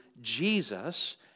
Jesus